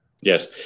Yes